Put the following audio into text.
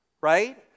Right